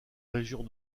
régions